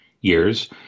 years